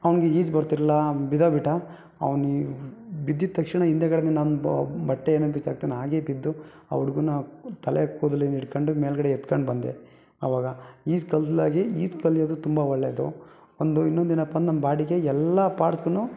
ಅವನಿಗೆ ಈಜು ಬರ್ತಿರ್ಲಿಲ್ಲ ಬಿದ್ದೋಗಿಬಿಟ್ಟ ಅವ್ನು ಬಿದ್ದಿದ ತಕ್ಷಣ ಹಿಂದುಗಡೆನೇ ನಾನು ಬಟ್ಟೆ ಏನೂ ಬಿಚ್ಚಾಕದೇನೇ ಹಾಗೆ ಬಿದ್ದು ಆ ಹುಡುಗನ ತಲೆ ಕೂದಲು ಹಿಂಗೆ ಹಿಡ್ಕೊಂಡು ಮೇಲುಗಡೆ ಎತ್ಕೊಂಡು ಬಂದೆ ಆವಾಗ ಈಜು ಕಲ್ತ್ಲಾಗಿ ಈಜು ಕಲಿಯೋದು ತುಂಬ ಒಳ್ಳೆಯದು ಒಂದು ಇನ್ನೊಂದು ಏನಪ್ಪ ನಮ್ಮ ಬಾಡಿಗೆ ಎಲ್ಲ ಪಾರ್ಟ್ಸ್ಗೂ